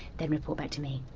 then report back to me!